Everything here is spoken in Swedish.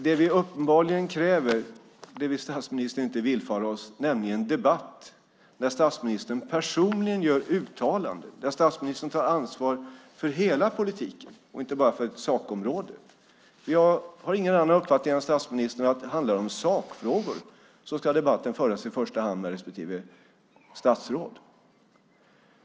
Det vi uppenbart kräver vill statsministern inte villfara oss, nämligen debatt där statsministern personligen gör uttalanden, där statsministern tar ansvar för hela politiken och inte bara för ett sakområde. Jag har ingen annan uppfattning än statsministern: Om det handlar om sakfrågor ska debatten i första hand föras med respektive statsråd.